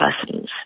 persons